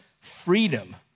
freedom